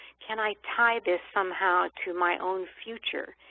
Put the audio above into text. can i tie this somehow to my own future,